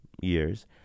years